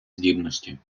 здібності